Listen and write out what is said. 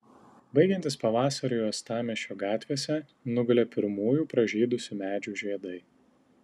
baigiantis pavasariui uostamiesčio gatvėse nugulė pirmųjų pražydusių medžių žiedai